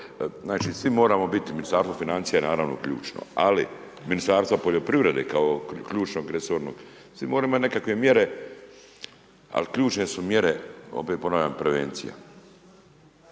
Znači svi moramo biti, Ministarstvo financija je naravno ključno, ali Ministarstva poljoprivrede, kao ključno, resorno, mislim, moraju imati nekakve mjere, ali ključne su mjere, opet ponavljam prevencija.